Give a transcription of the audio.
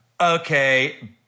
Okay